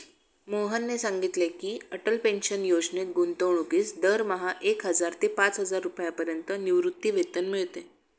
मोहनने सांगितले की, अटल पेन्शन योजनेत गुंतवणूकीस दरमहा एक हजार ते पाचहजार रुपयांपर्यंत निवृत्तीवेतन मिळते